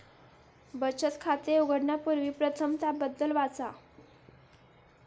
बचत खाते उघडण्यापूर्वी प्रथम त्याबद्दल वाचा